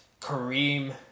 Kareem